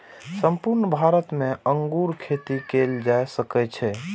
संपूर्ण भारत मे अंगूर खेती कैल जा सकै छै